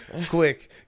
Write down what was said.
Quick